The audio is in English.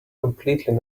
completely